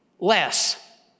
Less